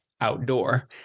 Outdoor